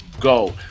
go